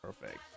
perfect